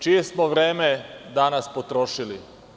Čije smo vreme danas potrošili?